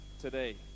today